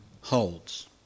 holds